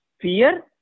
fear